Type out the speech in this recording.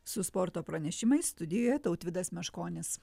su sporto pranešimais studijoje tautvydas meškonis